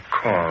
call